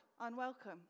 unwelcome